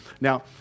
Now